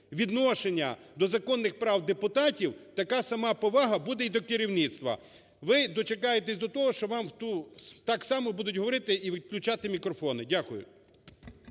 відношення до законних прав депутатів, така сама повага буде і до керівництва. Ви дочекаєтесь до того, що вам так само будуть говорити і виключати мікрофони. Дякую.